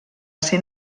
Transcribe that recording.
ser